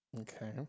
Okay